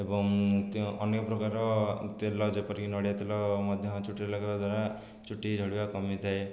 ଏବଂ ତେ ଅନେକ ପ୍ରକାରର ତେଲ ଯେପରିକି ନଡ଼ିଆ ତେଲ ମଧ୍ୟ ଚୁଟିରେ ଲଗେଇବା ଦ୍ୱାରା ଚୁଟି ଝଡ଼ିବା କମିଥାଏ